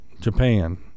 Japan